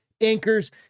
anchors